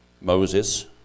Moses